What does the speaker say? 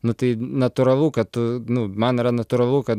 nu tai natūralu kad tu nu man yra natūralu kad